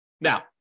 Now